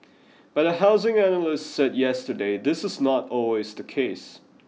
but a housing analyst said yesterday this is not always the case